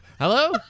Hello